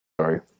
Sorry